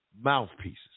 mouthpieces